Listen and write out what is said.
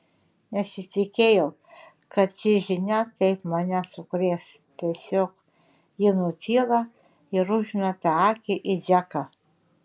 nesitikėjau kad ši žinia taip mane sukrės tiesiog ji nutyla ir užmeta akį į džeką